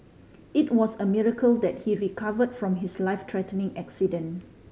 it was a miracle that he recover from his life threatening accident